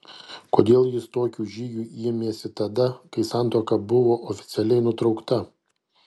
kodėl jis tokių žygių ėmėsi tada kai santuoka buvo oficialiai nutraukta